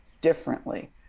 differently